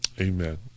amen